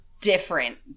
different